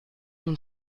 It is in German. nun